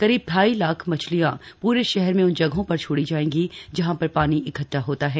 करीब ढाई लाख मछलियां पूरे शहर में उन जगहों पर छोड़ी जाएगी जहां पर पानी इकद्वा होता है